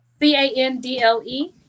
C-A-N-D-L-E